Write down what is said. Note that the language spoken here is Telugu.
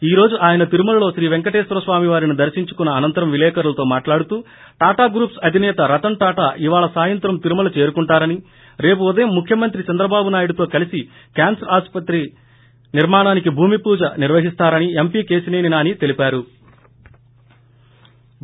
ఈ రోజు ఆయన తిరుమల శ్రీ పేంకటేశ్వరస్వామివారిని దర్తించుకున్న అనంతరం విలేకరులతో మాట్లాడుతూ టాటా గ్రూప్స్ అధిసేత రతన్ టాటా ఇవాళ సాయంత్రం తిరుమల చేరుకుంటారని రేపు ఉదయం ముఖ్యమంత్రి చంద్రబాబు నాయుడుతో కలిసి క్యాన్సర్ ఆస్పత్రి నిర్మాణానికి భూమి పూజ నిర్వహిస్తారని ఎంపీ కేశిసని నాని తెలిపారు